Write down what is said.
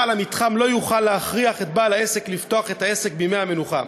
בעל המתחם לא יוכל להכריח את בעל העסק לפתוח את העסק בימי המנוחה,